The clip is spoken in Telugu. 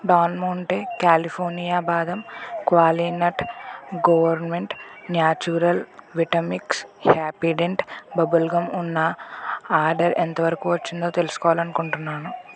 డాన్ మోన్టే కాలిఫోర్నియా బాదాం క్వాలిడెంట్ government natural Vitamix Happydent bubble gum ఉన్న ఆర్డర్ ఎంతవరకు వచ్చిందో తెలుసుకోవాలనుకుంటున్నాను